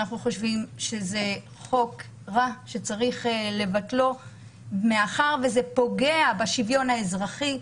אנחנו חושבים שזה חוק רע שצריך לבטלו מאחר שהוא פוגע בשוויון האזרחי.